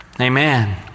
Amen